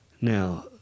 Now